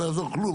לא יעזור כלום,